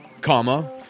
comma